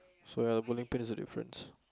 so ya bowling pin is a difference